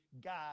God